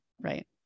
Right